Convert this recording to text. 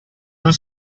non